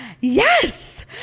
yes